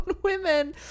Women